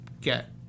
get